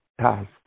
task